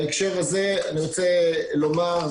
בהקשר הזה אני רוצה לומר,